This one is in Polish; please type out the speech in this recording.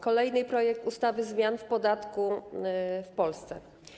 Kolejny projekt ustawy, zmian w podatku w Polsce.